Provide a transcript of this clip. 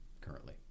currently